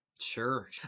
Sure